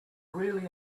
really